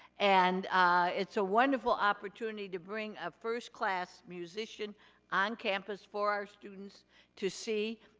and it's a wonderful opportunity to bring a first class musician on campus for our students to see.